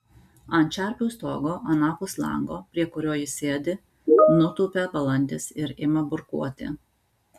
ant čerpių stogo anapus lango prie kurio ji sėdi nutūpia balandis ir ima burkuoti